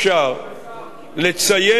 לציין באופן מפורט